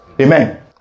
Amen